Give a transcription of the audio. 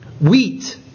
wheat